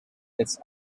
its